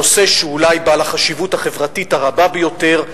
הנושא שהוא אולי בעל החשיבות החברתית הרבה ביותר,